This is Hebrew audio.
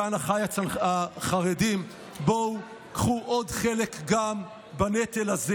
אחיי החרדים: בואו קחו עוד חלק גם בנטל הזה.